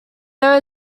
there